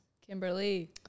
Kimberly